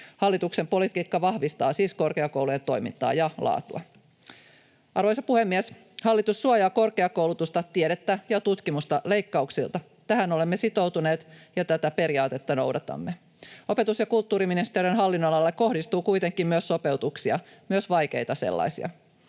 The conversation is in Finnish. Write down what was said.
Hallituksen politiikka siis vahvistaa korkeakoulujen toimintaa ja laatua. Arvoisa puhemies! Hallitus suojaa korkeakoulutusta, tiedettä ja tutkimusta leikkauksilta. Tähän olemme sitoutuneet, ja tätä periaatetta noudatamme. Opetus- ja kulttuuriministeriön hallinnonalalle kohdistuu kuitenkin myös sopeutuksia, myös vaikeita sellaisia.